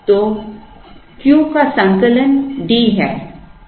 तो Q का संकलन D है